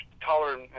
taller